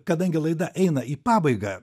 kadangi laida eina į pabaigą